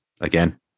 again